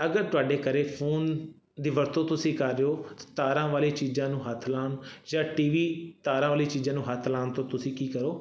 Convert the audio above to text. ਅਗਰ ਤੁਹਾਡੇ ਘਰੇ ਫੋਨ ਦੀ ਵਰਤੋਂ ਤੁਸੀਂ ਕਰ ਰਹੇ ਹੋ ਤਾਂ ਤਾਰਾਂ ਵਾਲੀ ਚੀਜ਼ਾਂ ਨੂੰ ਹੱਥ ਲਾਉਣ ਜਾਂ ਟੀ ਵੀ ਤਾਰਾਂ ਵਾਲੀ ਚੀਜ਼ਾਂ ਨੂੰ ਹੱਥ ਲਾਉਣ ਤੋਂ ਤੁਸੀਂ ਕੀ ਕਰੋ